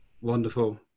Wonderful